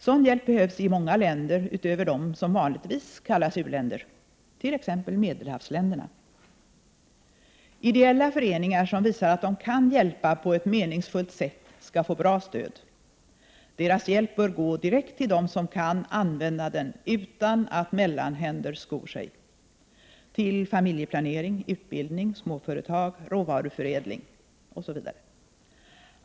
Sådan hjälp behövs i många länder utöver dem som vanligtvis kallas u-länder, t.ex. medelhavsländerna. Ideella föreningar, som visar att de kan hjälpa på ett meningsfullt sätt, skall få bra stöd. Deras hjälp bör gå direkt till dem som kan använda den utan att mellanhänder skor sig — till familjeplanering, utbildning, småföretag, råvaruförädling osv.